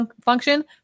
function